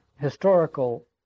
historical